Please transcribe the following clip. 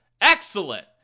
Excellent